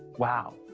wow.